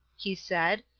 he said,